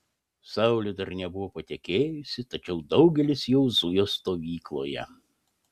saulė dar nebuvo patekėjusi tačiau daugelis jau zujo stovykloje